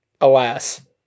Alas